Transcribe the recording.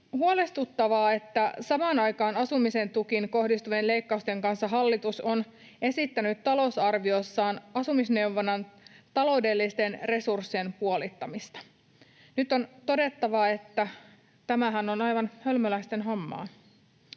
huolestuttavaa, että samaan aikaan asumisen tukiin kohdistuvien leikkausten kanssa hallitus on esittänyt talousarviossaan asumisneuvonnan taloudellisten resurssien puolittamista. Nyt on todettava, että tämähän on aivan hölmöläisten hommaa.